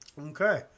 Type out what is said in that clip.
Okay